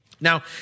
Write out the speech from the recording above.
Now